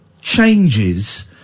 changes